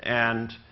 and,